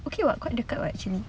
okay [what] quite dekat [what] actually